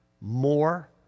more